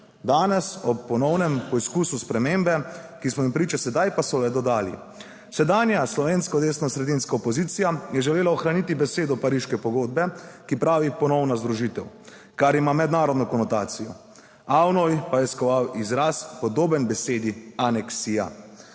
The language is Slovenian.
Danes, ob ponovnem poizkusu spremembe, ki smo jim priča sedaj, pa so le dodali: »Sedanja slovenska desnosredinska opozicija je želela ohraniti besedo pariške pogodbe, ki pravi ponovna združitev, kar ima mednarodno konotacijo. AVNOJ pa je skoval izraz, podoben besedi aneksija.«